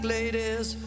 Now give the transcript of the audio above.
ladies